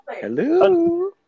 hello